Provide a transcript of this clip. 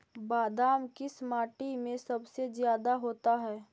बादाम किस माटी में सबसे ज्यादा होता है?